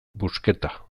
busqueta